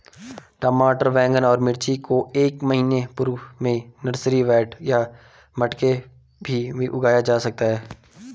टमाटर बैगन और मिर्ची को एक महीना पूर्व में नर्सरी बेड या मटके भी में उगाया जा सकता है